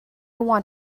want